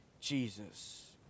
Jesus